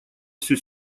всю